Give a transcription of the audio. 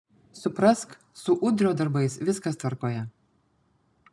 suprask su udrio darbais viskas tvarkoje